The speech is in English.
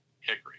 hickory